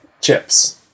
chips